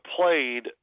played